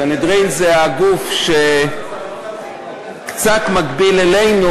סנהדרין זה הגוף שקצת מקביל אלינו,